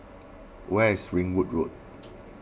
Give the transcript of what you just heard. where is Ringwood Road